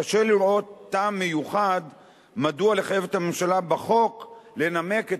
קשה לראות טעם מיוחד מדוע לחייב את הממשלה בחוק לנמק את